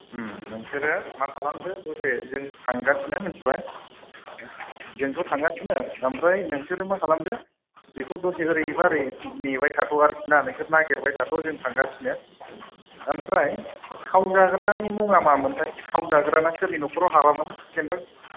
नोंसोरो मा खालामदो दसे जों थांगासिनो मोनथिबाय जोंथ' थांगासिनो ओमफ्राय नोंसोरो मा खालामदो बिखौ दसे ओरैबा ओरै नेबाय थाथ' आरखि ना नोंसोर नागिरबाय थाथ' जों थांगासिनो ओमफ्राय खावजाग्रानि मुङा मा मोनथाय खावजाग्रा ना सोरनि न'खराव हाबा मोन जेनेबा